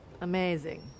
Amazing